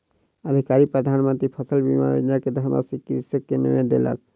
अधिकारी प्रधान मंत्री फसल बीमा योजना के धनराशि कृषक के नै देलक